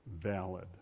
valid